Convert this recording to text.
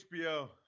HBO